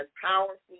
powerful